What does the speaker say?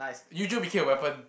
Eugeo became a weapon